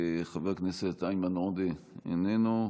חבר הכנסת איימן עודה, איננו,